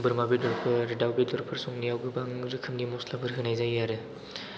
बोरमा बेदरफोर आरो दाउ बेदरफोर संनायाव गोबां रोखोमनि मस्लाफोर होनाय जायो आरो